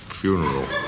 funeral